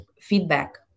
feedback